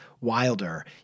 Wilder